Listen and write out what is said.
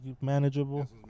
manageable